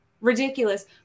ridiculous